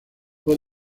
fue